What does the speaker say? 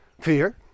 fear